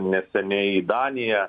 neseniai į daniją